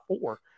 four